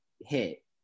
hit